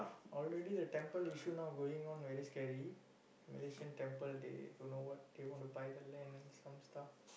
already the temple issue now going on very scary Malaysian temple they don't know what they want to buy the land and some stuff